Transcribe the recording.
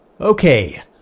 Okay